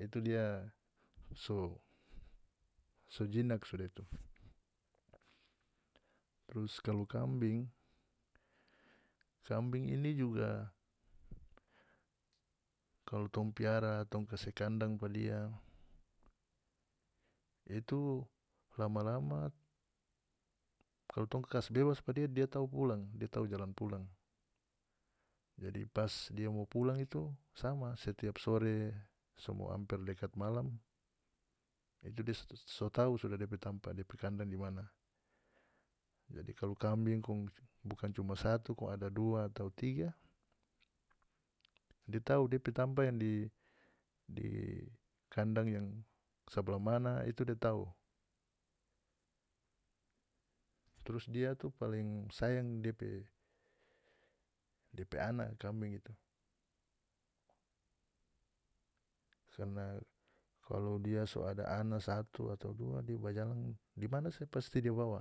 itu dia so so jinak sudah trus kalu kambing kambing ini juga kalu tong piara tong kase kandang pa dia itu lama-lama kalu tong kase bebas pa dia dia tau pulang dia tau jalan pulang jadi pas dia mo pulang itu sama setiap sore somo amper dekat malam itu dia so tau sudah dia pe tampa dia pe kandang dimana jadi kalu kambing kong bukan cuma satu kong ada dua atau tiga dia tau dia pe tampa yang di di kandang yang sabla mana itu dia tau trus dia tuh paling sayang depe depe ana kambing itu karna kalu dia so ada ana satu atau dua dia bajalang dimana saja pasti dia bawa.